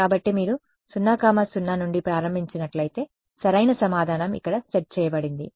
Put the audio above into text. కాబట్టి మీరు 00 నుండి ప్రారంభించినట్లయితే సరైన సమాధానం ఇక్కడ సెట్ చేయబడింది